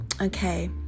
Okay